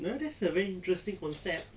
now that's a very interesting concept